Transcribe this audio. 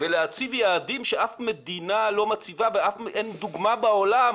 ולהציב יעדים שאף מדינה לא מציבה ואין דוגמה בעולם